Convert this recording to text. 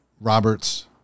Robert's